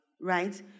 right